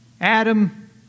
Adam